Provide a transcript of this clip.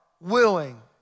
willing